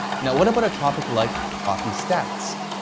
now, what about a topic like coffee stats?